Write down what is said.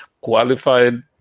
qualified